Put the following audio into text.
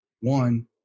one